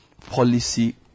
policy